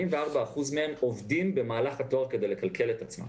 84% מהם עובדים במהלך התואר כדי לכלכל את עצמם.